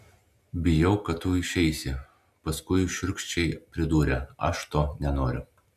bijau kad tu išeisi paskui šiurkščiai pridūrė aš to nenoriu